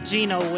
Gino